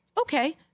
Okay